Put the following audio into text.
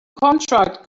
contract